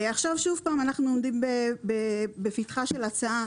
עכשיו אנחנו שוב עומדים בפתחה של הצעה,